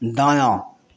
दायाँ